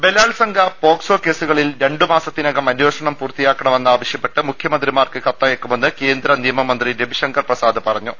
ബലാൽസംഗ POCSO കേസുകളിൽ രണ്ടുമാസ ത്തിനകം അന്വേഷണം പൂർത്തിയാക്കണമെന്ന് ആവശ്യ മുഖ്യമന്ത്രിമാർക്ക് കത്തയക്കുമെന്ന് കേന്ദ്ര നിയമമന്ത്രി രവിശങ്കർ പ്രസാദ് പറഞ്ഞു